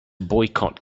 boycott